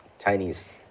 Chinese